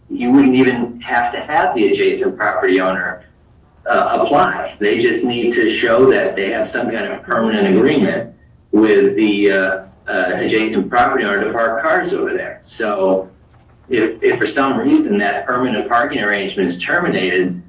you wouldn't even have to have the adjacent property owner apply. they just need to show that they have some kind of a permanent agreement with the adjacent property owner to park cars over there. so if for some reason that permanent parking arrangement is terminated,